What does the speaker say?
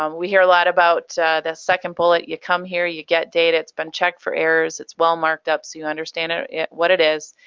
um we hear a lot about the second bullet, you come here you, get data, it's been checked for errors, it's well marked up so you understand it it what it is,